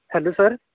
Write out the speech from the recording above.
hello sir